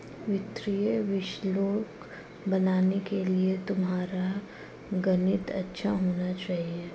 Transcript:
वित्तीय विश्लेषक बनने के लिए तुम्हारा गणित अच्छा होना चाहिए